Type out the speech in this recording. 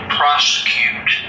prosecute